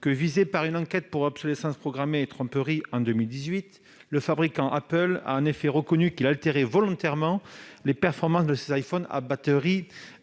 en 2018 par une enquête pour obsolescence programmée et tromperie, le fabricant Apple a reconnu qu'il altérait volontairement les performances de ses iPhone à batterie